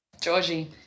Georgie